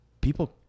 people